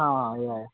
हा या